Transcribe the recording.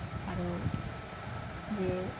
आरो जे